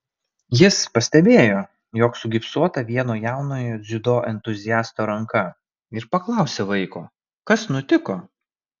jis pastebėjo jog sugipsuota vieno jaunojo dziudo entuziasto ranka ir paklausė vaiko kas nutiko